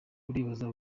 uribaza